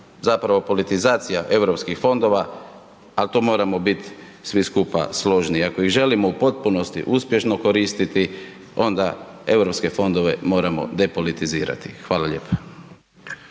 zapravo politizacija europskih fondova ali tu moramo biti skupa složni. Ako ih želimo u potpunosti uspješno koristiti, onda europske fondove moramo depolitizirati, hvala lijepo.